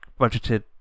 budgeted